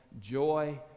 joy